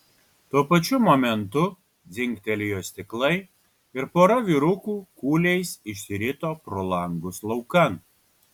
tuo pačiu momentu dzingtelėjo stiklai ir pora vyrukų kūliais išsirito pro langus laukan